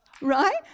Right